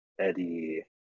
Eddie